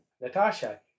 Natasha